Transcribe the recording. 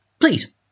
please